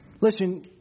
Listen